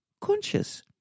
conscious